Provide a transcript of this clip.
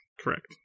correct